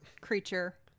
creature